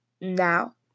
Now